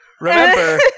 Remember